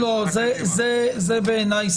זה בעיניי